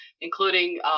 including